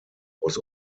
was